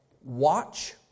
watch